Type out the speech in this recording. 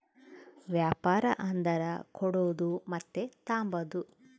ವ್ಯಾಪಾರ ಅಂದರ ಕೊಡೋದು ಮತ್ತೆ ತಾಂಬದು